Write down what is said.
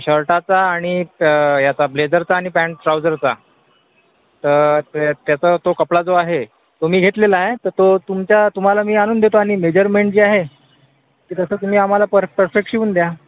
शर्टाचा आणिक याचा ब्लेझरचा आणि पॅन्ट ट्राऊझरचा तर ते त्याचा तो कपडा जो आहे तो मी घेतलेला आहे तर तो तुमच्या तुम्हाला मी आणून देतो आणि मेजरमेंट जे आहे ते तसं तुम्ही आम्हाला पर परफेक्ट शिऊन द्या